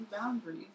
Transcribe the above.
boundaries